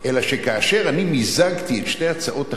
אלא שכאשר אני מיזגתי את שתי הצעות החוק,